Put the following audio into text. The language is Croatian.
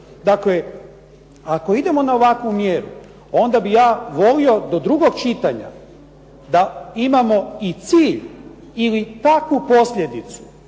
Dakle, ako idemo na ovakvu mjeru onda bi ja volio do drugog čitanja da imamo i cilj ili takvu posljedicu